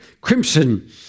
crimson